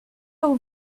aux